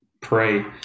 pray